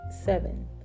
seven